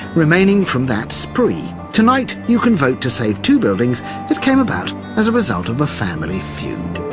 remaining from that spree. tonight, you can vote to save two buildings that came about as a result of a family feud.